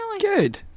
Good